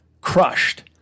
crushed